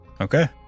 Okay